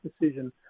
decision